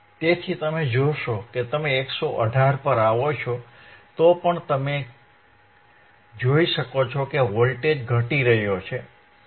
તેથી તમે જોશો કે તમે 118 પર આવો છો તો પણ તમે જોઈ શકો છો કે વોલ્ટેજ ઘટી રહ્યો છે